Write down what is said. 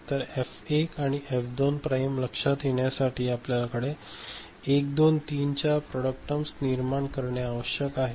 तर एफ 1 आणि F 2 prime लक्षात येण्यासाठी आपल्याला 1 2 3 4 प्रॉडक्ट टर्म निर्माण करणे आवश्यक आहे